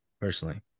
personally